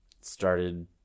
started